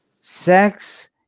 Sex